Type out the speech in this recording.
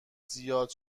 زیاد